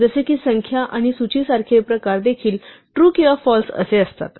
जसे की संख्या आणि सूची सारखे प्रकार देखील ट्रू किंवा फाल्स असे असतात